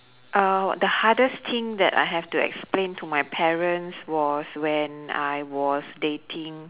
uh the hardest thing that I have to explain to my parents was when I was dating